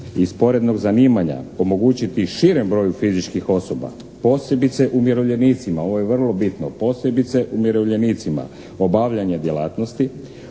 i sporednog zanimanja omogućiti širem broju fizičkih osoba posebice umirovljenicima. Ovo je vrlo bitno. Posebice umirovljenicima obavljanje djelatnosti